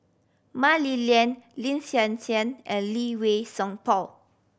Mah Li Lian Lin Hsin Hsin and Lee Wei Song Paul